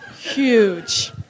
huge